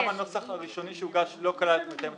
גם הנוסח הראשוני שהוגש לא כלל את מתאם הטיפול,